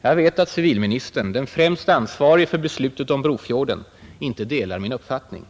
Jag vet att civilministern, den främst ansvarige för beslutet om Brofjorden, inte delar min uppfattning.